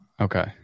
okay